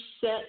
set